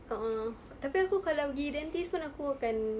a'ah tapi aku kalau pergi dentist pun aku akan